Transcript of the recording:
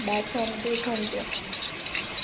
Basanti Bhanja